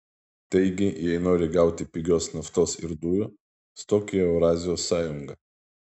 taigi jei nori gauti pigios naftos ir dujų stok į eurazijos sąjungą